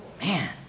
Man